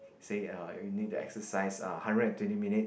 say ah you need to exercise a hundred and twenty minutes